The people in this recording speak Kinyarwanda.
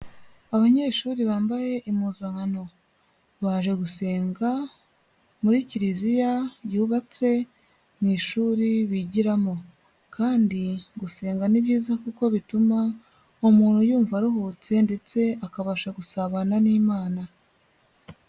Abanyeshuri bambaye impuzankano, baje gusenga, muri kiliziya yubatse mu ishuri bigiramo, kandi gusenga ni byiza kuko bituma umuntu yumva aruhutse, ndetse akabasha gusabana n'Imana.